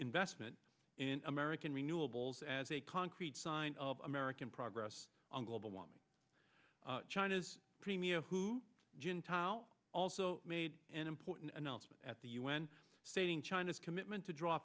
investment in american renewables as a concrete sign of american progress on global warming china's premier hu jintao also made an important announcement at the un stating china's commitment to dr